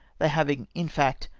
they having, in fact,